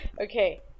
Okay